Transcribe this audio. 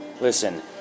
Listen